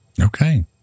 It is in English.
okay